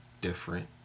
different